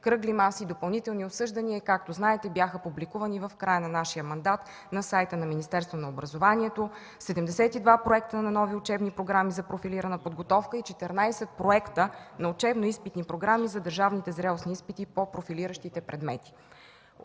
кръгли маси, допълнителни обсъждания и както знаете, в края на нашия мандат на сайта на Министерството на образованието бяха публикувани 72 проекта на нови учебни програми за профилирана подготовка и 14 проекта на учебно-изпитни програми за държавните зрелостни изпити по профилиращите предмети.